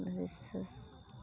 ଅନ୍ଧବିଶ୍ୱାସ